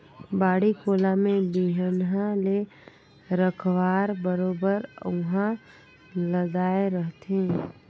बाड़ी कोला में बिहन्हा ले रखवार बरोबर उहां लदाय रहथे